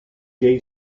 gay